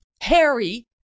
Harry